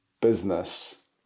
business